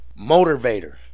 Motivator